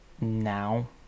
now